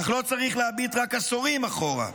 אך לא צריך להביט רק עשורים אחורה.